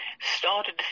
started